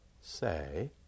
say